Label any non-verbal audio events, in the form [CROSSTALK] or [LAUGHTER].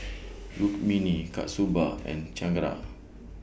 [NOISE] Rukmini Kasturba and Chengara